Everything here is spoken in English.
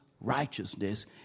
righteousness